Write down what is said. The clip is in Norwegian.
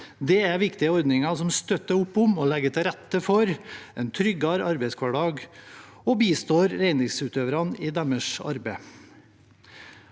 Dette er viktige ordninger som støtter opp om og legger til rette for en tryggere arbeidshverdag og bistår reindriftsutøverne i deres arbeid.